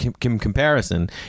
comparison